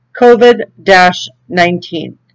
COVID-19